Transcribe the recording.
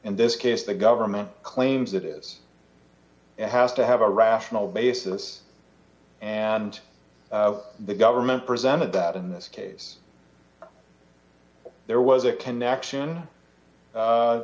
in this case the government claims that is has to have a rational basis and the government presented that in this case there was a connection